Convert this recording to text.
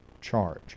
charge